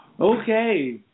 Okay